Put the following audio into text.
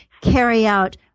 carry-out